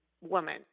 woman